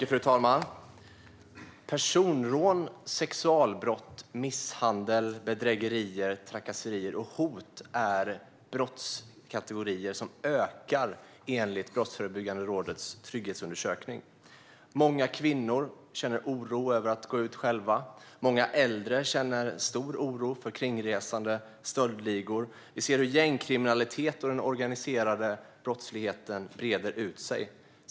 Fru talman! Personrån, sexualbrott, misshandel, bedrägerier, trakasserier och hot är brottskategorier som ökar, enligt Brottsförebyggande rådets trygghetsundersökning. Många kvinnor känner sig oroliga över att gå ut själva. Många äldre känner stor oro för kringresande stöldligor. Vi ser att gängkriminalitet och den organiserade brottsligheten breder ut sig.